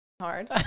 hard